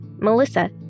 Melissa